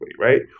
right